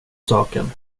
saken